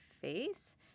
face